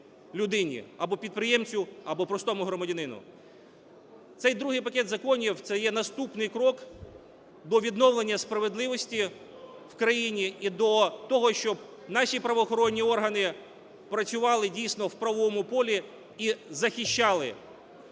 або підприємцю, або простому громадянину. Цей другий пакет законів – це є наступний крок до відновлення справедливості в країні і до того, щоб наші правоохоронні органи працювали дійсно в правовому полі і захищали